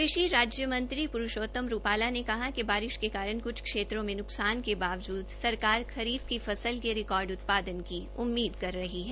कृषि राज्य मंत्री पुरूषोंतम रूपाला ने कहा है कि बारिश के कारण कुछ क्षेत्रों में नुकसान के बाबजूद सरकार खरीफ की फसल के रिकार्ड उत्पादन की उम्मीद कर रही है